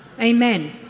Amen